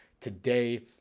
Today